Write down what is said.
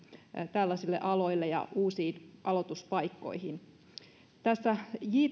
tällaisille aloille ja uusiin aloituspaikkoihin tässä